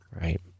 right